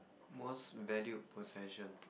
most valued possession